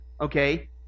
okay